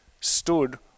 stood